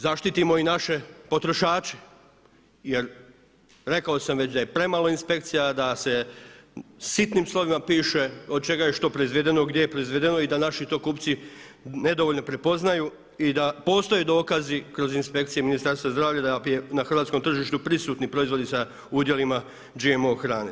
Zaštitimo i naše potrošače, jer rekao sam već da je premalo inspekcija, da se sitnim slovima piše od čega je što proizvedeno, gdje je proizvedeno i da naši to kupci nedovoljno prepoznaju i da postoje dokazi kroz inspekcije Ministarstva zdravlja da su na hrvatskom tržištu prisutni proizvodi sa udjelima GMO hrane.